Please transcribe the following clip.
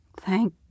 Thank